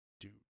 dude